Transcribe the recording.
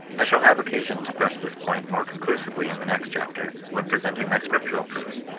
i shall have occasion to press this point more condusively in the next chapter, when presenting my scriptural proofs.